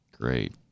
great